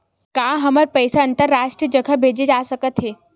का हमर पईसा अंतरराष्ट्रीय जगह भेजा सकत हे?